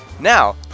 now